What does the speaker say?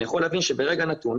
אני יכול להבהיר שברגע נתון,